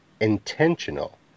intentional